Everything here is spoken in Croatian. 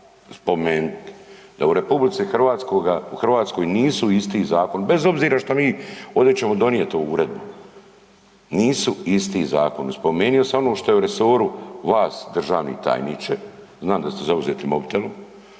da u RH nisu isti zakon, bez obzira što mi ovdje ćemo donijet ovu uredbu, nisu isti zakon. Spomenuo sam ono što je u resoru vas državni tajniče, znam da ste zauzeti mobitelom,